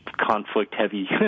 conflict-heavy